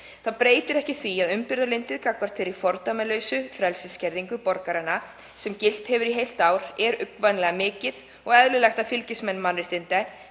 Það breytir ekki því að umburðarlyndið gagnvart þeirri fordæmalausu frelsisskerðingu borgaranna sem gilt hefur í heilt ár er uggvænlega mikið og eðlilegt að fylgismenn mannréttinda